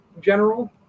general